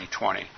2020